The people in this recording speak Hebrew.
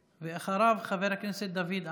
ואחריו, חבר הכנסת דוד אמסלם.